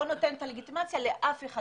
לא נותן את הלגיטימציה לאף אחד.